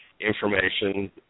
information